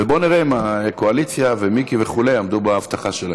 ובוא נראה אם הקואליציה ומיקי וכו' יעמדו בהבטחה שלהם.